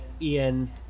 Ian